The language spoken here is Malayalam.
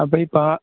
അപ്പോള് ഈ